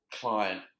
client